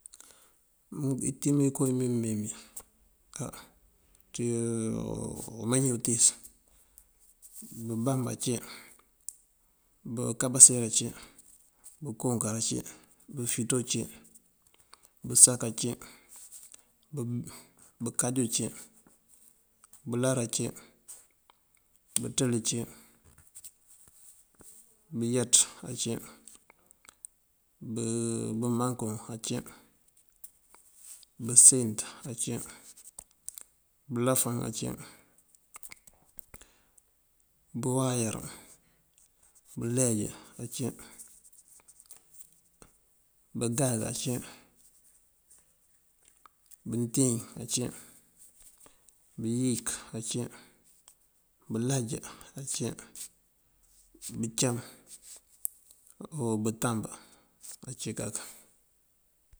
Itim mënko mímeemí á ţí umee njí utíis: bëbamb ací, bëkabaseera cí, bëkookar, bëfito cí, bësak ací, bëkajú cí, bëláara cí, bëţëli cí, bëyaţ ací, bëmankuŋ ací, bëseenţ ací, bëlafan ací, bëwayar, bëleej ací, bëŋáaŋ ací, bënţin ací, bëyik ací, bëlaj ací, bëcam o bëtamb ací kak.